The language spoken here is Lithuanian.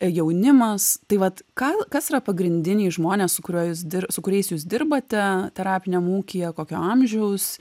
jaunimas tai vat ką kas yra pagrindiniai žmonės su kuriuo jūs dir su kuriais jūs dirbate terapiniam ūkyje kokio amžiaus